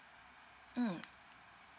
mm